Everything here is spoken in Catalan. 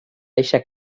deixa